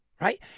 right